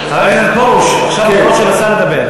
חבר הכנסת פרוש, עכשיו תורו של השר לדבר.